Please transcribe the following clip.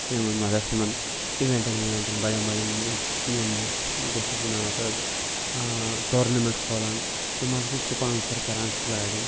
یِمَن مَدَتھ یِمَن اِوینٛٹَن وِوٮ۪نٛٹَن بَڑٮ۪ن بَڑٮ۪ن یِم کیٛاہ چھِ اَتھ وَنان اَتھ حظ ٹورنَمنٛٹ کھولان تِم ہَسا چھِ سُپانسَر کَران کھِلاڑٮ۪ن